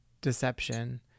deception